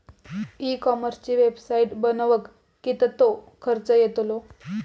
E कॉमर्सची website बनवक किततो खर्च येतलो?